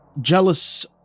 jealous